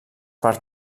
per